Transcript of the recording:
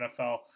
nfl